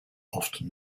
often